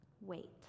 wait